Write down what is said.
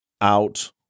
out